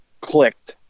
clicked